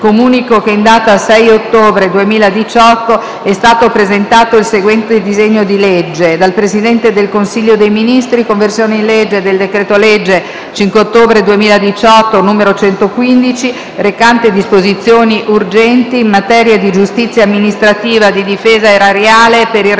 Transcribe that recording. Comunico che in data 6 ottobre 2018 è stato presentato il seguente disegno di legge: *dal Presidente del Consiglio dei ministri:* «Conversione in legge del decreto-legge 5 ottobre 2018, n. 115, recante disposizioni urgenti in materia di giustizia amministrativa, di difesa erariale e per il